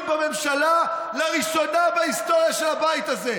בממשלה לראשונה בהיסטוריה של הבית הזה.